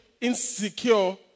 insecure